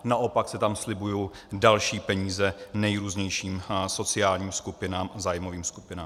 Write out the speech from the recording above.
Naopak se tam slibují další peníze nejrůznějším sociálním skupinám a zájmovým skupinám.